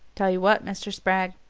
tell you what, mr. spragg,